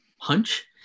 hunch